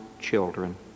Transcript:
children